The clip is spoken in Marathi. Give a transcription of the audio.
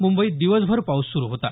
मुंबईत दिवसभर पाऊस सुरू होता